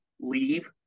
leave